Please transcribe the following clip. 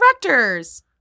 directors